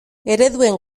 ereduen